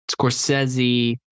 Scorsese